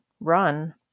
run